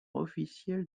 officiel